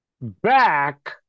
back